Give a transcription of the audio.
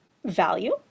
Value